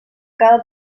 cada